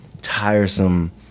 tiresome